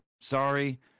sorry